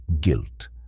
guilt